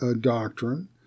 doctrine